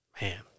Man